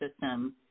system